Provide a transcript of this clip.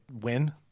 win